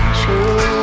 true